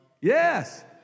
Yes